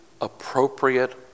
appropriate